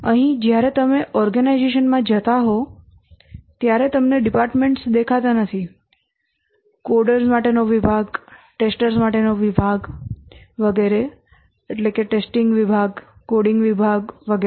અહીં જ્યારે તમે ઓર્ગેનાઇઝેશનમાં જતા હો ત્યારે તમને ડિપાર્ટમેન્ટ્સ દેખાતા નથી કોડર્સ માટેનો વિભાગ પરીક્ષકો માટેનો વિભાગ વગેરે પરીક્ષણ વિભાગ કોડિંગ વિભાગ વગેરે